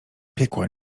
piekła